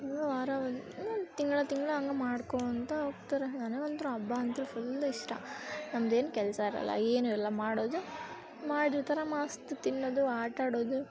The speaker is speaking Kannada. ವಾರ ಒನ್ ಒಂದೊಂದು ತಿಂಗ್ಳು ತಿಂಗ್ಳು ಹಂಗೆ ಮಾಡ್ಕೋತ ಹೋಗ್ತಾರೆ ನನಗಂತೂ ಹಬ್ಬ ಅಂತೂ ಫುಲ್ ಇಷ್ಟ ನಮ್ದೇನೂ ಕೆಲಸ ಇರಲ್ಲ ಏನೂ ಇಲ್ಲ ಮಾಡೋದು ಮಾಡಿರ್ತಾರೆ ಮಸ್ತ್ ತಿನ್ನೋದು ಆಟಾಡೋದು